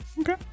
Okay